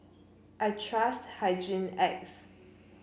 I trust Hygin X